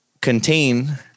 contain